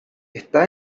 está